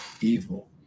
evil